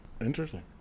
interesting